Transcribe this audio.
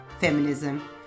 feminism